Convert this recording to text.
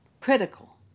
critical